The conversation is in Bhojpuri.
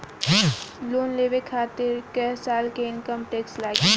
लोन लेवे खातिर कै साल के इनकम टैक्स लागी?